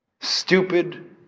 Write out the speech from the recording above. stupid